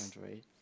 right